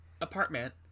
apartment